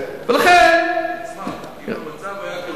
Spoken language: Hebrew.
אם המצב היה כל כך טוב,